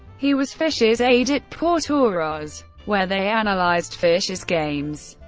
he was fischer's aide at portoroz where they analyzed fischer's games.